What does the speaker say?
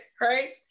right